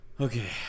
Okay